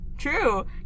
True